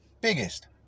Biggest